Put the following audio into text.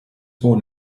born